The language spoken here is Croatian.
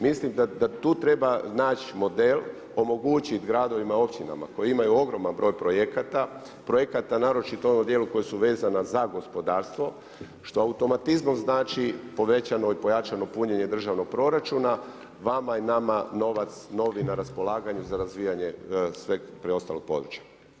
Mislim da tu treba naći model, omogućiti gradovima i općinama koje imaju ogroman broj projekata, projekata naročito u ovom dijelu koja su vezana za gospodarstvo što automatizmom znači povećano i pojačano punjenje državnog proračuna, vama i nama novac novi na raspolaganju za razvijane sveg preostalog područja.